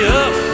up